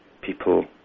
people